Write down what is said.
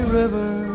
river